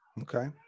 okay